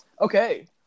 okay